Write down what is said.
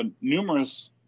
numerous